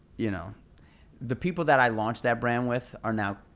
you know the people that i launched that brand with are now,